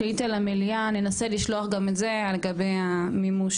שאילתה למליאה, ננסה לשלוח גם את זה לגבי המימוש.